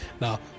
Now